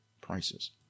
prices